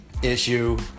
issue